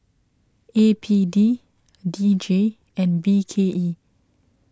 A P D D J and B K E